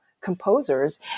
composers